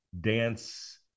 dance